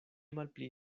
malpli